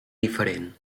diferent